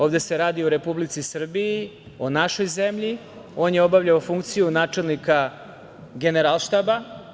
Ovde se radi o Republici Srbiji, o našoj zemlji, on je obavljao funkciju načelnika Generalštaba.